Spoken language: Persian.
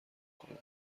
کنند